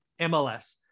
MLS